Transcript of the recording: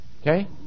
Okay